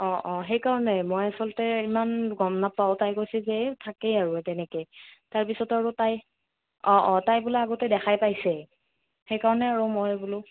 অ' অ' সেইকাৰণে মই আচলতে ইমান গম নাপাওঁ তাই কৈছে যে এই থাকেই আৰু তেনেকৈ তাৰপিছত আৰু তাই অ' অ' তাই বোলে আগতে দেখাই পাইছে সেই কাৰণে আৰু মই বোলো